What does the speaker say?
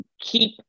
keep